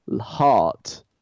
heart